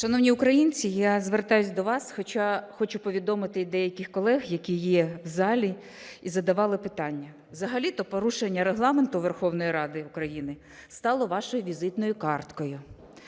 Шановні українці, я звертаюсь до вас. Хоча хочу повідомити і деяких колег, які є в залі і задавали питання. Взагалі-то порушення Регламенту Верховної Ради України стало вашою візитною карткою.